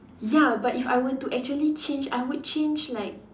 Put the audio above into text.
ya but if I were to actually change I would change like